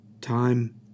Time